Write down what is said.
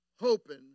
hoping